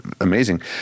amazing